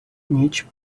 ніч